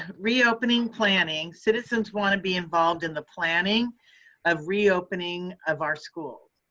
reopening planning citizens want to be involved in the planning of reopening of our school.